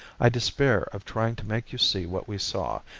i despair of trying to make you see what we saw,